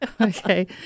Okay